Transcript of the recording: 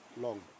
Long